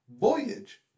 Voyage